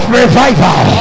revival